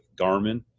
Garmin